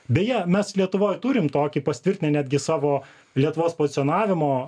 beje mes lietuvoj turim tokį pasitvirtinę netgi savo lietuvos pozicionavimo